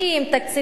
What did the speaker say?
תקציבים,